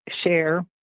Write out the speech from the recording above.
share